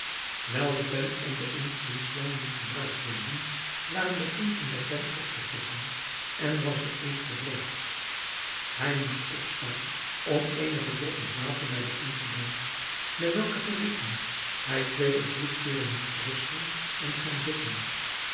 wijl de pen en de inkt sinds lang niet gebruikt werden waren de punten der pen opgetrokken en was de inkt verdroogd hij moest opstaan om eenige droppels water bij den inkt te doen bij welke verrichting hij twee of drie keeren moest rusten en gaan zitten